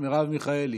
מרב מיכאלי,